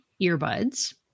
earbuds